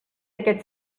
aquest